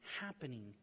happening